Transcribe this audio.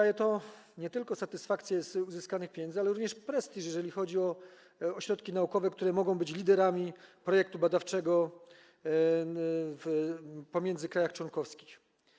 Może to dać nie tylko satysfakcję z uzyskania pieniędzy, ale również prestiż, jeżeli chodzi o ośrodki naukowe, które mogą być liderami projektu badawczego wśród krajów członkowskich.